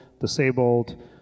disabled